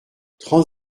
trente